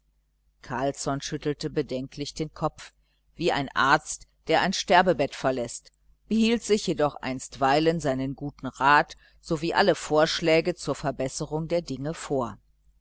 carlsson schüttelte bedenklich den kopf wie ein arzt der ein sterbebett verläßt behielt sich jedoch einstweilen seinen guten rat sowie seine vorschläge zur verbesserung der dinge vor